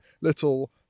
little